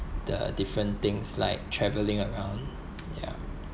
the different things like travelling around ya